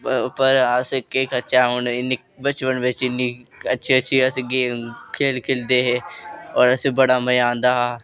पर अस केह् करचै औने दी बचपन बिच इन्नी अच्छी अच्छी अस गेम खेल खेल्लदे हे होर असेंगी बड़ा मज़ा आंदा हा